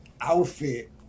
outfit